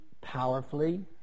powerfully